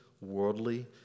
worldly